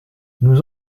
nous